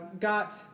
got